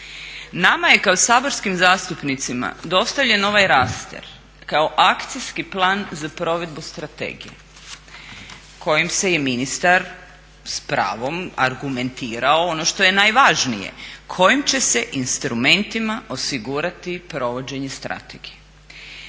Nama je kao saborskim zastupnicima dostavljen ovaj raster kao Akcijski plan za provedbu strategije kojim je i ministar s pravom argumentirao ono što je najvažnije kojim će se instrumentima osigurati provođenje strategije.